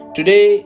Today